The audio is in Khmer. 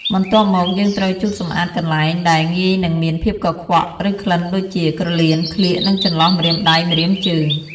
បន្ទាប់មកយើងត្រូវជូតសម្អាតកន្លែងដែលងាយនឹងមានភាពកខ្វក់ ឬក្លិនដូចជា ក្រលៀន ក្លៀក និងចន្លោះម្រាមដៃ ម្រាមជើង។